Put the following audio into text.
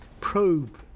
probe